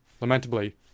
Lamentably